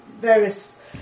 various